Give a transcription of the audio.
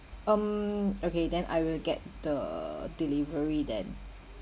um okay then I will get the delivery then